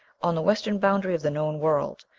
on the western boundary of the known world,